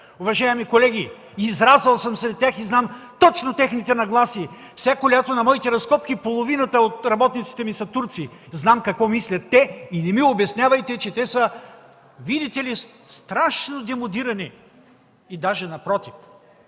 уважаеми колеги. Израсъл съм сред тях и знам точно техните нагласи. Всяко лято на моите разкопки половината от работниците ми са турци, знам какво мислят те и не ми обяснявайте, че те са, видите ли, страшно демодирани. Даже напротив.